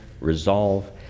resolve